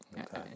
okay